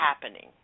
happening